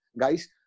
guys